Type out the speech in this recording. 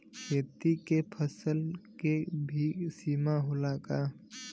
खेत के फसल के भी बीमा होला का?